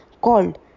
called